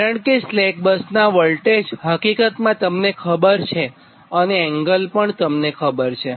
કારણ કે સ્લેક બસનાં વોલ્ટેજ હકીકતમાં તમને ખબર છે અને એંગલ પણ તમને ખબર છે